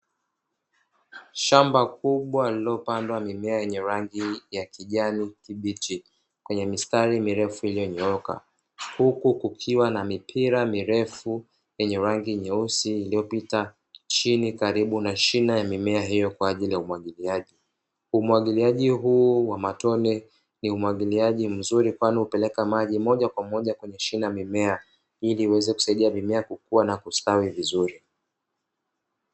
Shamba kubwa lililopandwa mimea yenye rangi ya kijani kibichi kwenye mistari mirefu iliyonyooka huku kukiwa na mipira mirefu yenye rangi nyeusi iliyopita chini karibu na shina ya mimea hiyo kwa ajili umwagiliaji. Umwagiliaji huu wa matone ni umwagiliaji mzuri kwani hupeleka maji moja kwa moja kwenye shina la mmea ili iweze kusaidia mmea kukua na kustawi vizuri.